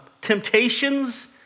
temptations